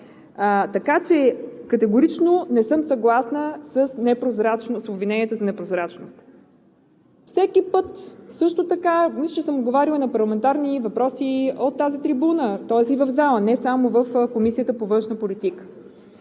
Така че категорично не съм съгласна с обвиненията за непрозрачност. Всеки път, също така – лично съм отговаряла на парламентарни въпроси от тази трибуна, тоест и в залата, не само в Комисията по външна политика.